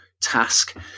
task